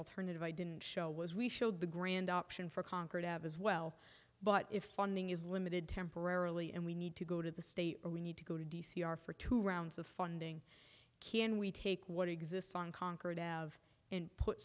alternative i didn't show was we showed the grand option for concord out as well but if funding is limited temporarily and we need to go to the state or we need to go to d c are for two rounds of funding can we take what exists on concord out of and put